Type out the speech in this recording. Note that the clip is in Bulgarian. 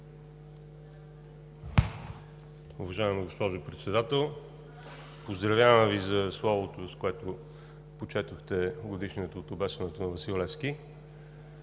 Уважаема госпожо Председател, поздравявам Ви за словото, с което почетохте годишнината от обесването на Васил Левски